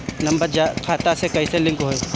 Number खाता से कईसे लिंक होई?